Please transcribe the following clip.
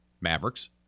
Mavericks